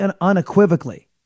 unequivocally